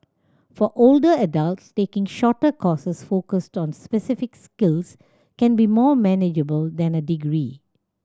for older adults taking shorter courses focused on specific skills can be more manageable than a degree